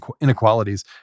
inequalities